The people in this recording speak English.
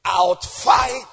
Outfight